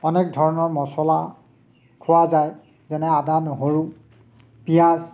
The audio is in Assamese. অনেক ধৰণৰ মচলা খোৱা যায় যেনে আদা নহৰু পিঁয়াজ